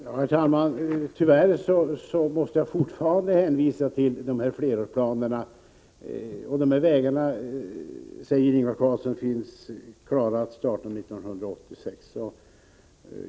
Herr talman! Tyvärr måste jag fortfarande hänvisa till flerårsplanerna. Ingvar Karlsson i Bengtsfors säger att dessa vägbyggen kan startas 1986.